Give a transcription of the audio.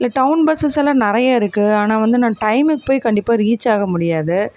இல்லை town buses எல்லாம் நிறையா இருக்கு ஆனால் வந்து நான் டைமுக்கு போய் கண்டிப்பாக ரீச் ஆக முடியாது